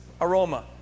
aroma